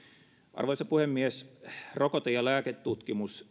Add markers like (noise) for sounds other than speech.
arvoisa puhemies rokote ja lääketutkimus (unintelligible)